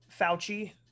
Fauci